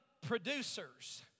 producers